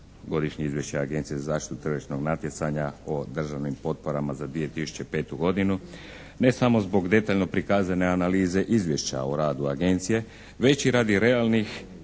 godišnje izvješće Agencije za zaštitu tržišnog natjecanja o državnim potporama za 2005. godinu ne samo zbog detaljno prikazane analize izvješća o radu Agencije već i radi realnih